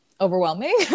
overwhelming